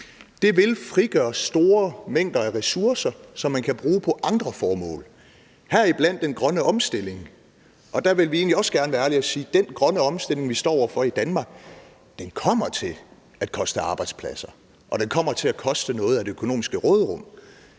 Det vil frigøre store mængder af ressourcer, som man kan bruge til andre formål, heriblandt den grønne omstilling. Der vil vi egentlig også gerne være ærlige og sige, at den grønne omstilling, vi står over for i Danmark, kommer til at koste arbejdspladser, og den kommer til at koste noget af det økonomiske råderum.